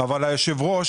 אבל היושב-ראש,